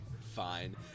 Fine